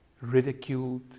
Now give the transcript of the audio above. ridiculed